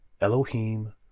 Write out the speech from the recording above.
Elohim